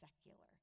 secular